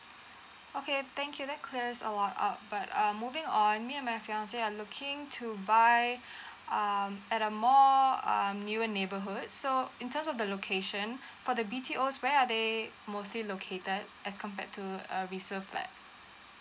okay thank you that cleared a lot out but um moving on me and my fiancé are looking to buy um at a more um nearer neighborhood so in terms of the location for the B_T_O where are they mostly located as compared to a resale flat